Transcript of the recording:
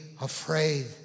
afraid